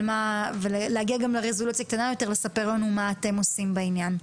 ומה אתם עושים בעניין.